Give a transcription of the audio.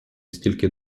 стільки